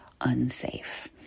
unsafe